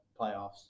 playoffs